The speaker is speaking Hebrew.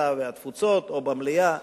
הקליטה והתפוצות או המליאה,